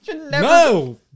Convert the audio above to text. No